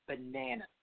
banana